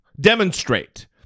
demonstrate